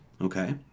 Okay